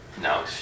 no